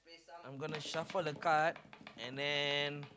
I'm gonna shuffle the card and then